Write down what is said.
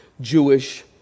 Jewish